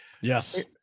Yes